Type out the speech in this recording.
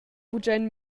bugen